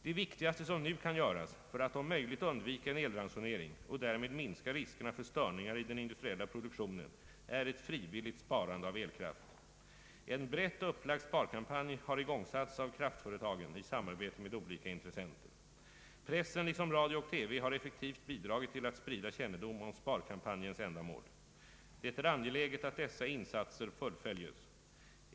Det viktigaste som nu kan göras för att om möjligt undvika en elransonering och därmed minska riskerna för störningar i den industriella produktionen är ett frivilligt sparande av elkraft. En brett upplagd sparkampanj har igångsatts av kraftföretagen i samarbete med olika intressenter. Pressen liksom radio och TV har effektivt bidragit till att sprida kännedom om sparkampanjens ändamål. Det är angeläget att dessa insatser fullföljes.